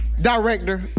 director